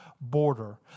border